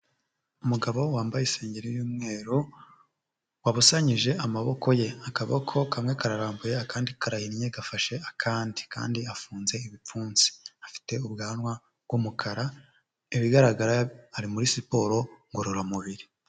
Umugabo wambaye insengeri y'umweru, wabusanyije amaboko ye, akaboko kamwe karambuye akandi karahinnye gafashe akandi, kandi afunze ibipfunsi afite ubwanwa bw'umukara, ibigaragara ari muri siporo ngororamubiri.